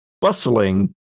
bustling